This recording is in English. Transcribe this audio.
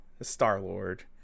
Star-Lord